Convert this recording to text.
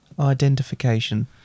Identification